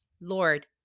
Lord